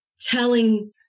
telling